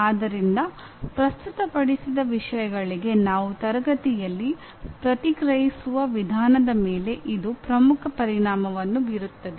ಆದ್ದರಿಂದ ಪ್ರಸ್ತುತಪಡಿಸಿದ ವಿಷಯಗಳಿಗೆ ನಾವು ತರಗತಿಯಲ್ಲಿ ಪ್ರತಿಕ್ರಿಯಿಸುವ ವಿಧಾನದ ಮೇಲೆ ಇದು ಪ್ರಮುಖ ಪರಿಣಾಮ ಬೀರುತ್ತದೆ